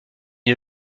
est